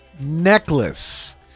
necklace